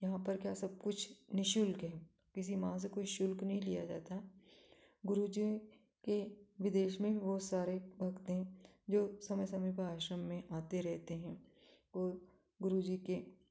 यहाँ पर क्या सब कुछ निशुल्क है किसी माँ से कोई शुल्क नहीं लिया जाता है गुरु जी के विदेश में भी बहुत सारे प्रतिदिन जो समय समय पर आश्रम में आते रहते हैं और गुरु जी के